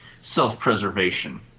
self-preservation